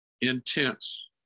intense